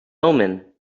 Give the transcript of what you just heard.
omen